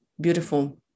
beautiful